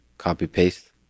Copy-paste